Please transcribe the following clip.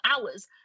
hours